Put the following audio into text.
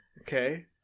Okay